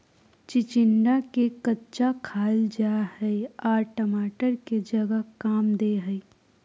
चिचिंडा के कच्चा खाईल जा हई आर टमाटर के जगह काम दे हइ